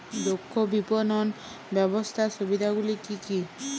দক্ষ বিপণন ব্যবস্থার সুবিধাগুলি কি কি?